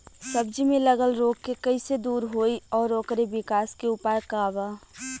सब्जी में लगल रोग के कइसे दूर होयी और ओकरे विकास के उपाय का बा?